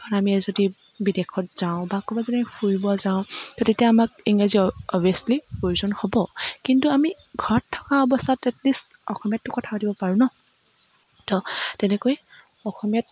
কাৰণ আমিয়ে যদি বিদেশত যাওঁ বা ক'ৰবাত যদি আমি ফুৰিব যাওঁ তো তেতিয়া আমাক ইংৰাজী অৱিয়াছলি প্ৰয়োজন হ'ব কিন্তু আমি ঘৰত থকা অৱস্থাত এট লিষ্ট অসমীয়াতটো কথা পাতিব পাৰোঁ ন তো তেনেকৈ অসমীয়াত